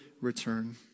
return